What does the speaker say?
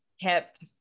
kept